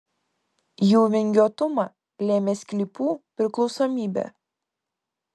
jų vingiuotumą lėmė sklypų priklausomybė